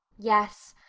yes.